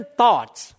thoughts